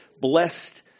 Blessed